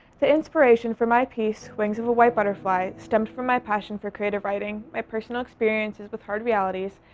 the inspiration for my piece, wings of a white butterfly, stemmed from my passion for creative writing, my personal experiences with hard realities,